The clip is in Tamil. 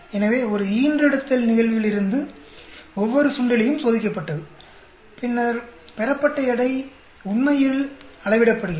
எனவே ஒரு ஈன்றெடுத்தல் நிகழ்விலிருந்து ஒவ்வொரு சுண்டெலியும் சோதிக்கப்பட்டது பின்னர் பெறப்பட்ட எடை உண்மையில் அளவிடப்படுகிறது